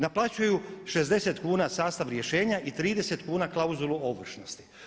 Naplaćuju 60 kuna sastav rješenja i 30 kuna klauzulu ovršnosti.